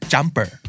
Jumper